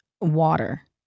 water